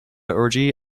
orgy